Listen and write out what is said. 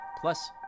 plus